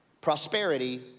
prosperity